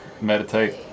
meditate